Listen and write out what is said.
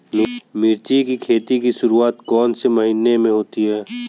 मिर्च की खेती की शुरूआत कौन से महीने में होती है?